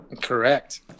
Correct